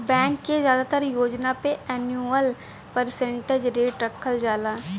bank के जादातर योजना पे एनुअल परसेंटेज रेट रखल जाला